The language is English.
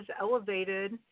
elevated